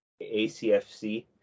ACFC